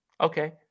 Okay